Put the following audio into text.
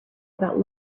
about